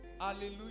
Hallelujah